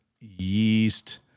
yeast